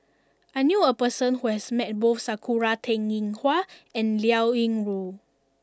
I knew a person who has met both Sakura Teng Ying Hua and Liao Yingru